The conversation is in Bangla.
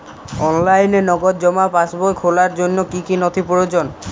অনলাইনে নগদ জমা পাসবই খোলার জন্য কী কী নথি প্রয়োজন?